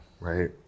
right